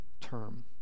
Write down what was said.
term